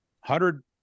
hundred